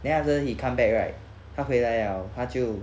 then after he come back right 他回来 liao 他就